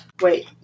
wait